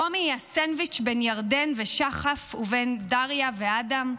רומי היא הסנדוויץ' בין ירדן ושחף לבין דריה ואדם.